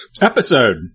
Episode